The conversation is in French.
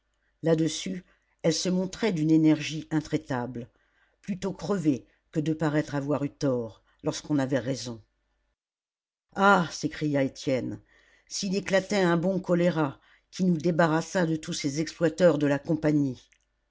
là-dessus elle se montrait d'une énergie intraitable plutôt crever que de paraître avoir eu tort lorsqu'on avait raison ah s'écria étienne s'il éclatait un bon choléra qui nous débarrassât de tous ces exploiteurs de la compagnie